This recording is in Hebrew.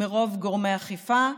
מרוב גורמי אכיפה,